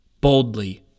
boldly